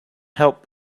help